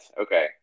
Okay